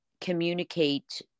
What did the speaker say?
communicate